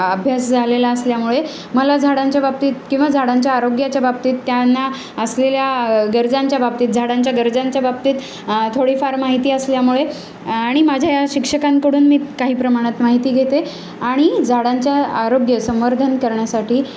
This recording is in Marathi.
अभ्यास झालेला असल्यामुळे मला झाडांच्या बाबतीत किंवा झाडांच्या आरोग्याच्या बाबतीत त्यांना असलेल्या गरजांच्या बाबतीत झाडांच्या गरजांच्या बाबतीत थोडीफार माहिती असल्यामुळे आणि माझ्या या शिक्षकांकडून मी काही प्रमाणात माहिती घेते आणि झाडांच्या आरोग्य संवर्धन करण्यासाठी